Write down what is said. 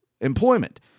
employment